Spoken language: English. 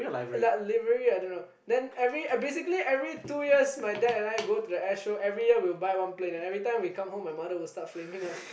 like livery I don't know basically every two years my dad and I go to the airshow every year we will buy one plane and every time when we come home my mother will start flaming us